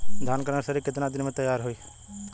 धान के नर्सरी कितना दिन में तैयार होई?